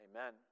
Amen